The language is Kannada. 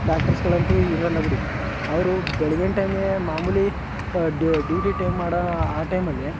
ಡಾಕ್ಟರ್ಸ್ಗಳಂತೂ ಇರೋಲ್ಲ ಬಿಡಿ ಅವರು ಬೆಳಗ್ಗಿನ ಟೈಮೇ ಮಾಮೂಲಿ ಡ್ಯೂಟಿ ಟೈಮ್ ಮಾಡೋ ಆ ಟೈಮಲ್ಲಿ